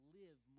live